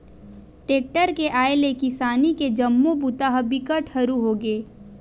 tractor के आए ले किसानी के जम्मो बूता ह बिकट के हरू होगे